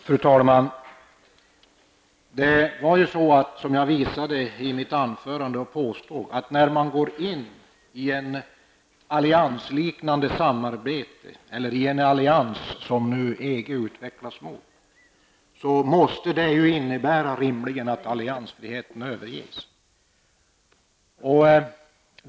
Fru talman! Jag visade i mitt anförande att när man går in i en allians, som nu EG utvecklas till, måste det rimligen innebära att alliansfriheten överges.